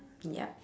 yup